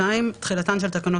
(3ב)